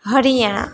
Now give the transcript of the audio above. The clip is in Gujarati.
હરિયાણા